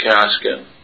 casket